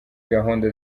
gahunda